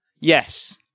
Yes